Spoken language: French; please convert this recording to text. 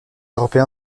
européen